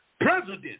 president